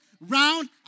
round